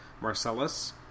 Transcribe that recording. Marcellus